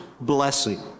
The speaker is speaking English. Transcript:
blessing